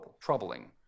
troubling